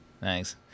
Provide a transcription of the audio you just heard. Thanks